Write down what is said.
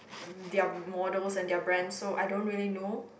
their models and their brands so I don't really know